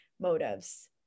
motives